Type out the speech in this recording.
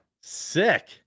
sick